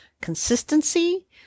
consistency